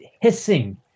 hissing